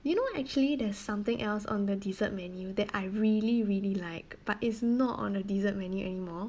you know actually there's something else on the dessert menu that I really really like but it's not on a desert menu anymore